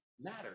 matter